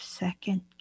second